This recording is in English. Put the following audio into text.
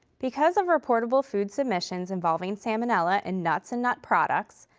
because of reportable food submissions involving salmonella and nuts and nut products,